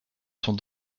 sont